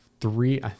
three